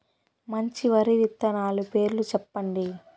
మంచి వరి విత్తనాలు పేర్లు చెప్పండి?